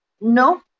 No